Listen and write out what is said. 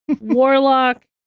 warlock